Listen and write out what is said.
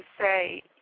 say